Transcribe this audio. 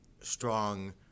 strong